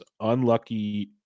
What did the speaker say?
unlucky